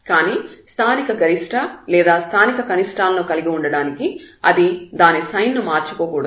కానీ స్థానిక గరిష్ట లేదా స్థానిక కనిష్టాలను కలిగి ఉండడానికి అది దాని సైన్ ను మార్చుకోకూడదు